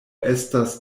estas